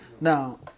now